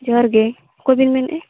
ᱡᱚᱦᱟᱨ ᱜᱮ ᱚᱠᱚᱭ ᱵᱮᱱ ᱢᱮᱱᱮᱫᱼᱟ